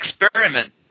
experiment